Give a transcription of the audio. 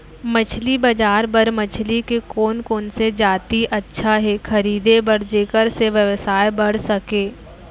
मछली बजार बर मछली के कोन कोन से जाति अच्छा हे खरीदे बर जेकर से व्यवसाय बढ़ सके?